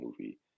movie